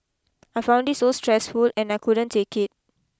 I found it so stressful and I couldn't take it